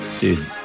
Dude